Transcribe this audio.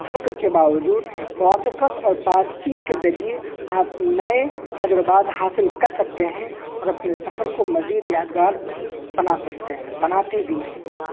فرق کے باوجود موافقت اور بات چیت کے ذریعے آپ نئے تجربات حاصل کر سکتے ہیں اور اپنے سفر کو مزید یادگار بنا سکتے ہیں بناتے بھی ہیں